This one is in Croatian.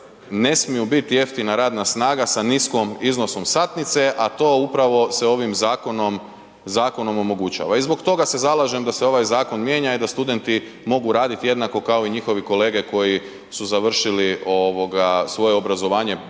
ne smiju biti jeftina radna snaga sa niskom iznosom satnice, a to upravo se ovim zakonom omogućava. I zbog toga se zalažem da se ovaj zakon mijenja i da studenti mogu raditi jednako kao i njihovi kolege koji su završili svoje obrazovanje